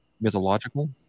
mythological